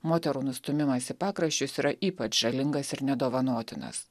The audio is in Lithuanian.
moterų nustūmimas į pakraščius yra ypač žalingas ir nedovanotinas